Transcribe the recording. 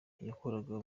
yakoraga